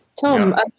Tom